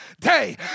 day